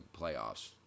playoffs